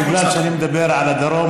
בגלל שאני מדבר על הדרום,